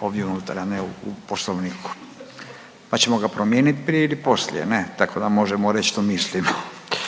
ovdje unutra, a ne u Poslovniku, pa ćemo ga promijeniti prije ili poslije, ne? Tako da možemo reći što mislimo.